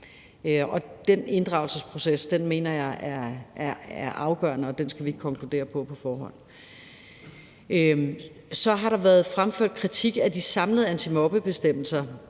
Den inddragelsesproces mener jeg er afgørende, og den skal vi ikke konkludere på på forhånd. Så har der været fremført kritik af de samlede antimobbebestemmelser,